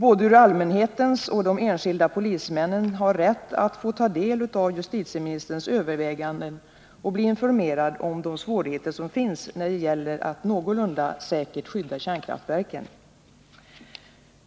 Både allmänheten och de enskilda polismännen har rätt att få ta del av justiteministerns överväganden och bli informerade om de svårigheter som finns när det gäller att någorlunda säkert skydda kärnkraftverken.